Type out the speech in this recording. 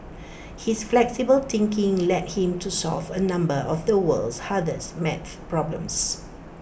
his flexible thinking led him to solve A number of the world's hardest math problems